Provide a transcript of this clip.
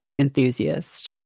enthusiast